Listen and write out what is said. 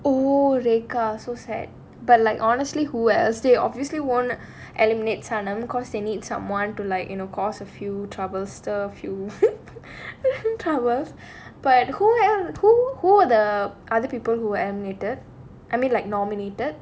oh rekha so sad but like honestly who else they obviously won't eliminate sanam because they need someone to like you know because a few troubles towers but who who who are the other people who admitted I mean like nominated